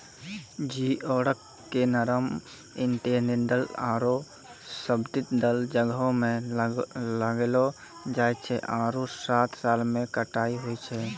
geoduck के नरम intertidal आरो सब्तिदल जग्हो में लगैलो जाय छै आरो सात साल में कटाई होय छै